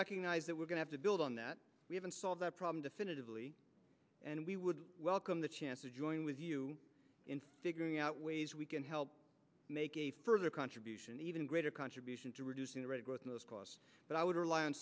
recognize that we're going have to build on that we haven't solved that problem definitively and we would welcome the chance to join with you in figuring out ways we can help make a further contribution even greater contribution to reducing the rate of growth in those costs but i would rely on